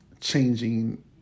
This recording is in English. changing